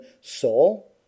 Saul